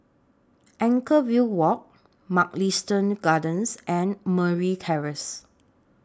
Anchorvale Walk Mugliston Gardens and Merryn Terrace